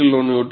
8 KN